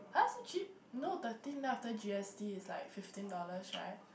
[huh] so cheap no thirteen after g_s_t is like fifteen dollars [right]